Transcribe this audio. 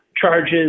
charges